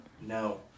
No